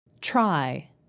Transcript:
Try